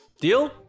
Deal